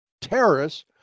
terrorists